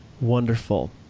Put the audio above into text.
Wonderful